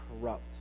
corrupt